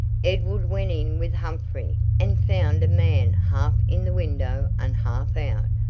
edward went in with humphrey, and found a man half in the window and half out,